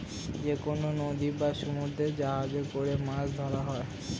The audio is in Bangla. যেকনো নদী বা সমুদ্রে জাহাজে করে মাছ ধরা হয়